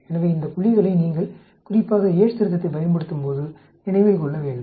எனவே இந்தப் புள்ளிகளை நீங்கள் குறிப்பாக யேட்ஸ் திருத்தத்தைப் பயன்படுத்தும் போது நினைவில் கொள்ள வேண்டும்